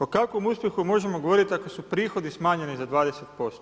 O kakvom uspjehu možemo govoriti ako su prihodi smanjeni za 20%